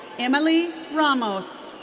emily ramos.